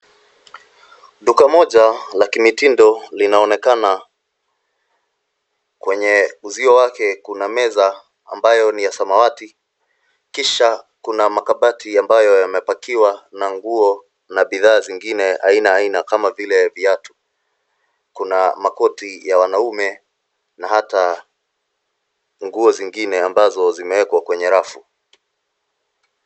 Duka moja la kimitindo linaonekana. Kwenye uzio wake kuna meza ambayo ni ya samawati, kisha kuna makabati ambayo yamepakiwa na nguo na bidhaa zingine aina aina kama vile viatu. Kuna makoti ya wanaume na hata nguo zingine ambazo zimewekwa kwenye rafu.